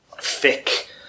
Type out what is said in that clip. thick